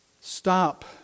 Stop